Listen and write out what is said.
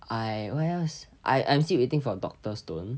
I what else I I'm still waiting for doctor stone